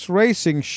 racing